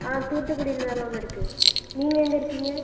ஆ தூத்துக்குடியில் தான் மேம் இருக்கு நீங்கள் எங்கே இருக்கீங்க